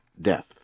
death